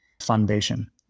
foundation